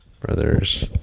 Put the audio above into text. Brothers